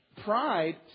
pride